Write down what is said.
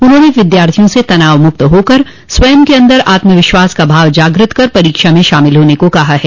उन्होंने विद्यार्थियों से तनावमुक्त होकर स्वयं के अन्दर आत्मविश्वास का भाव जागृत कर परीक्षा में शामिल होने को कहा है